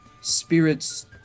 spirits